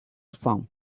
spam